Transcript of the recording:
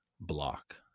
block